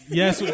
yes